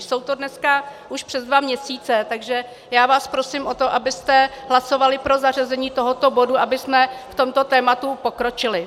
Jsou to dneska už přes dva měsíce, takže já vás prosím o to, abyste hlasovali pro zařazení tohoto bodu, abychom v tomto tématu pokročili.